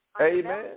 Amen